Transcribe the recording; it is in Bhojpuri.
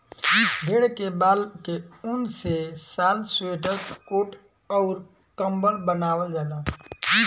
भेड़ के बाल के ऊन से शाल स्वेटर कोट अउर कम्बल बनवाल जाला